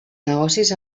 negocis